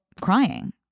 crying